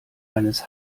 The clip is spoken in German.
eines